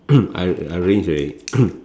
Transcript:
I I arrange already